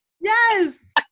Yes